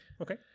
Okay